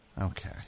Okay